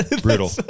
Brutal